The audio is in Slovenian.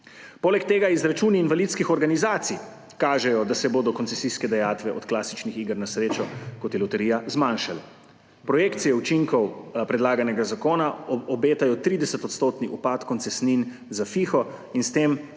Poleg tega izračuni invalidskih organizacij kažejo, da se bodo koncesijske dajatve od klasičnih iger na srečo, kot je loterija, zmanjšale. Projekcije učinkov predlaganega zakona obetajo 30-odstotni upad koncesnin za FIHO in s tem